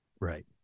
Right